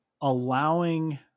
allowing